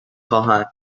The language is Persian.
خواهند